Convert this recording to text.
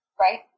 Right